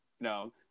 no